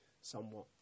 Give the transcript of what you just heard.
somewhat